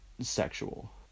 sexual